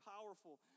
powerful